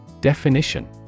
Definition